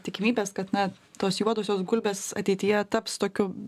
tikimybės kad na tos juodosios gulbės ateityje taps tokiu